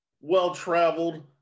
well-traveled